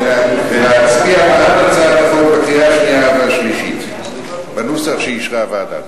ולהצביע בעד הצעת החוק בקריאה השנייה והשלישית בנוסח שאישרה הוועדה.